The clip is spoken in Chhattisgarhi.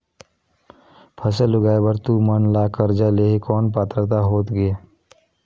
फसल उगाय बर तू मन ला कर्जा लेहे कौन पात्रता होथे ग?